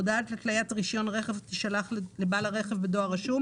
הודעה על התליית רישיון הרכב תישלח לבעל הרכב בדואר רשום,